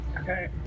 Okay